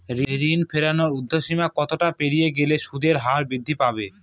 ঋণ ফেরানোর উর্ধ্বসীমা কতটা পেরিয়ে গেলে সুদের হার বৃদ্ধি পাবে?